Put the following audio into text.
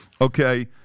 Okay